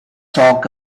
talk